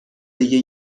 دیگه